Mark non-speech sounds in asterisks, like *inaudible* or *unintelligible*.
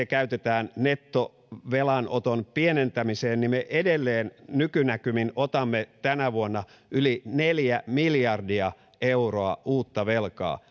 *unintelligible* käytetään nettovelanoton pienentämiseen niin me edelleen nykynäkymin otamme tänä vuonna yli neljä miljardia euroa uutta velkaa *unintelligible*